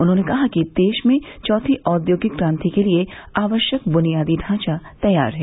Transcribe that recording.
उन्होंने कहा कि देश में चौथी औद्योगिक क्रांति के लिए आवश्यक बुनियादी ढांचा तैयार है